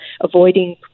avoiding